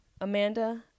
Amanda